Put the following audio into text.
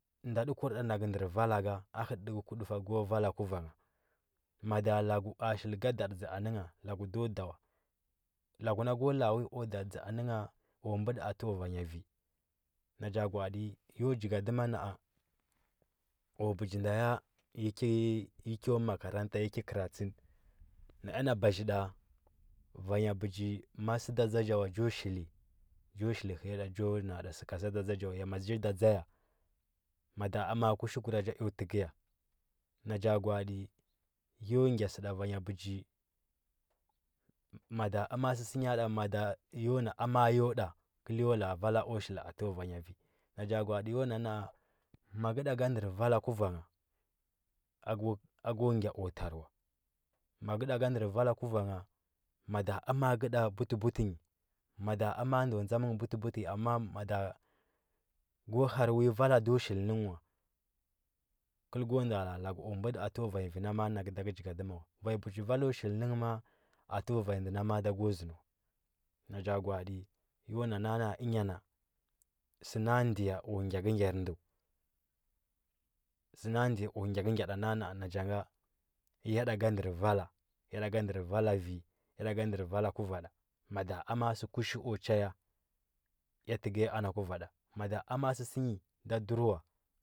Nda tə war nda nakə ndər vala ka a həti təkə ku aduftu kə ko a həti təkə ku nduftu kə ko vala kuvangha mada laku a zuh nga dati dzah anə gha a do datə dzə dzə wa lak laku nak u la, a uil kwa datə dza a nə nga kwa mbədi təwa aliy nyu nji na cha gwa, ati ya jəgadima na. a ku bəji ya ko makaranta ya ji kəra. Na e ana bazhi nda vanya bəji marai sə da tsa cha wa cho shili hiyada chon a. ada sə kaza da tsa cha way a ma cha na. ada sə kaza da tsa cha wa ya ma cha a da tsa ya amani kush kura cha eo təkəya na gwaya ti yo gya səda va nya bəji mada amani səsə nya da mada yon a ama yo nda kəl yo la. a vala kwa shili atəala vanya invi na cha gwa, atə yon a, a maka nda ka ndər vala kavangha ako gya aku tariku ma kə nda ka ndər vala kuvangha mada a ma nge nda butəbutə nyi mada amani ndo dzam ngə butə butə nyi mada ko har vui vala ndo shili nə ngə wa kəl k ndo la. a laku kwa buda təwa va nya vi ma. a nake da ka jigadəma va nya pə chi vala shili ne ngh ma. a a təwa va nya ndə da ka zəndi wa na cha gwa, ato yon a na. a ənya na sə nan diya ku gyakə gyar ndəu sə ndiya ku gyakə gya da na cha nga ya da ka nɗə vala ya nnda ndər vala kuva da mada amani sə kush ku chaya ea həgiya ana kuvada mada a ma sə sən yi da durwa,